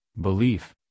belief